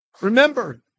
Remember